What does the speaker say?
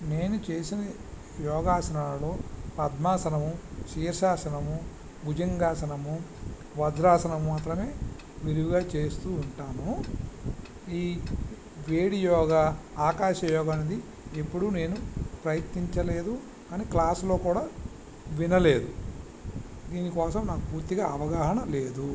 నేను చేసిన యోగాసనాలలో పద్మాశనము శీర్షాసనము భుజంగాసనము వజ్రాసనము మాత్రమే విరివిగా చేస్తూ ఉంటాను ఈ వేడి యోగ ఆకాశ యోగ అనేది ఎప్పుడు నేను ప్రయతించలేదు కానీ క్లాస్లో కూడా వినలేదు దీనికోసం నాకు పూర్తిగా అవగాహన లేదు